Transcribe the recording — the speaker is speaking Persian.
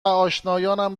آشنایانم